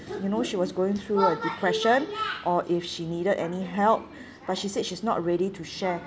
you know she was going through a depression or if she needed any help but she said she's not ready to share